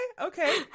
Okay